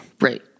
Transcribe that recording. Right